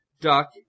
Duck